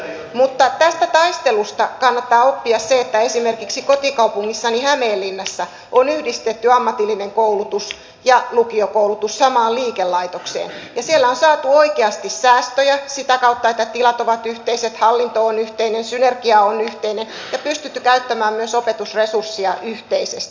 mutta tästä taistelusta kannattaa oppia se että esimerkiksi kotikaupungissani hämeenlinnassa on yhdistetty ammatillinen koulutus ja lukiokoulutus samaan liikelaitokseen ja siellä on saatu oikeasti säästöjä sitä kautta että tilat ovat yhteiset hallinto on yhteinen synergia on yhteinen ja on pystytty käyttämään myös opetusresursseja yhteisesti